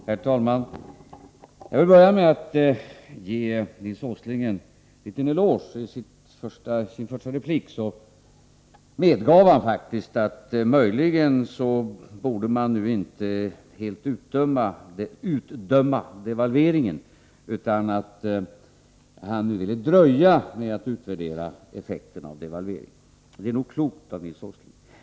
Herr talman! Jag vill börja med att ge Nils Åsling en liten eloge. I sin första replik medgav han faktiskt att man möjligen inte nu borde helt utdöma devalveringen, utan han ville dröja med att utvärdera effekterna av den. Det är nog klokt av Nils Åsling.